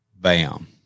bam